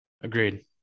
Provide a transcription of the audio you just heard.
Agreed